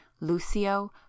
Lucio